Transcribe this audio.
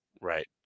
Right